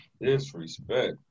Disrespect